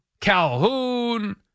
Calhoun